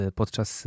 podczas